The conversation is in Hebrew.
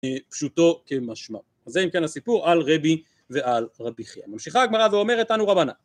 פשוטו כמשמעו. זה אם כן הסיפור על רבי ועל רבי חיה. ממשיכה הגמרא ואומרת תנו רבנן